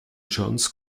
jones